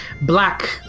black